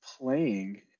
playing